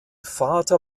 vater